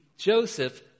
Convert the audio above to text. Joseph